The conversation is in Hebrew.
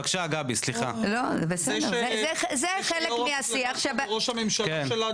זה חלק מהשיח --- זה שראש הממשלה שלנו